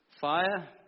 fire